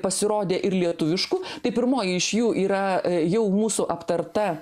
pasirodė ir lietuviškų tai pirmoji iš jų yra jau mūsų aptarta